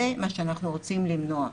זה מה שאנחנו רוצים למנוע.